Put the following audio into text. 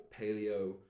paleo